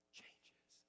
changes